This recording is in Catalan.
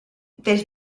des